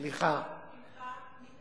אדוני השר, שכנעת אותנו.